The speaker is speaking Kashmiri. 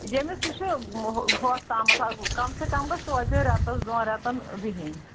ییٚمِس یہِ چھُ ہُتھ تامَتھ کَم سے کم گژھِ توتن رٮ۪تَس دۄن رٮ۪تَن بِہیٖنۍ